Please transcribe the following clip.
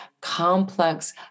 complex